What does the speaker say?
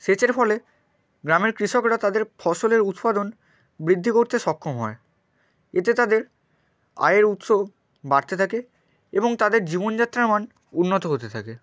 সেচের ফলে গ্রামের কৃষকরা তাদের ফসলের উৎপাদন বৃদ্ধি করতে সক্ষম হয় এতে তাদের আয়ের উৎসও বাড়তে থাকে এবং তাদের জীবনযাত্রার মান উন্নত হতে থাকে